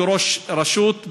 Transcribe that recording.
כראש רשות,